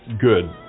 good